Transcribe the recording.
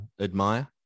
admire